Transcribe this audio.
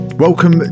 Welcome